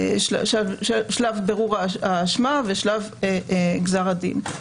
שלב של בירור האשמה, ושלב גזר הדין.